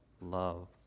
love